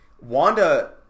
Wanda